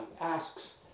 asks